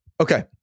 Okay